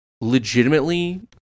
legitimately